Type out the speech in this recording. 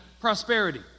prosperity